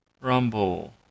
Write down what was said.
Rumble